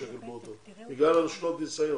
בגלל שנות ניסיון.